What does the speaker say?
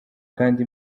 kandi